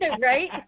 Right